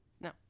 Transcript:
No